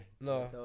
no